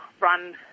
run